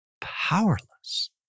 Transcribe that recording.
powerless